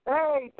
Hey